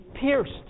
pierced